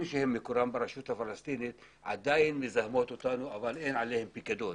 שמקורם ברשות הפלסטינית עדיין מזהמים אותנו אבל אין עליהם פיקדון.